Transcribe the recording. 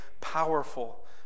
powerful